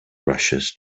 rushes